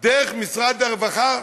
דרך משרד הרווחה,